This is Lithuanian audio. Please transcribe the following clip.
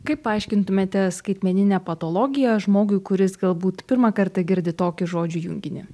kaip paaiškintumėte skaitmeninę patologiją žmogui kuris galbūt pirmą kartą girdi tokį žodžių junginį